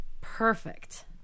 Perfect